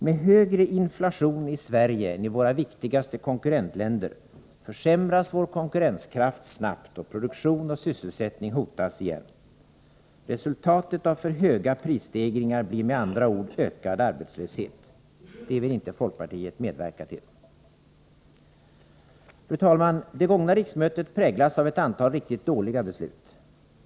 Med högre inflation i Sverige än i våra viktigaste konkurrentländer försämras vår konkurrenskraft snabbt, och produktion och sysselsättning hotas igen. Resultatet av för höga prisstegringar blir med andra ord ökad arbetslöshet — och det vill inte folkpartiet medverka till. Fru talman! Det gångna riksmötet har präglats av ett antal riktigt dåliga beslut.